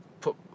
put